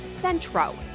Centro